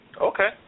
Okay